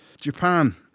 Japan